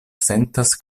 sentas